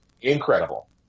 incredible